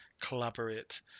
collaborate